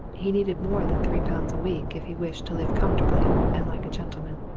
he needed more than three pounds a week if he wished to live comfortably and like a gentleman.